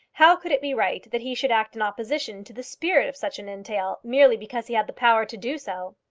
how could it be right that he should act in opposition to the spirit of such an entail, merely because he had the power to do so?